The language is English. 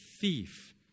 thief